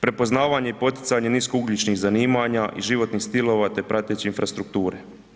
Prepoznavanje i poticanje niskougljičnih zanimanja i životnih stilova te prateće infrastrukture.